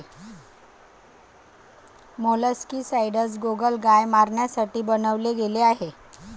molluscicides गोगलगाय मारण्यासाठी बनवले गेले आहे